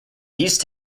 these